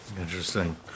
Interesting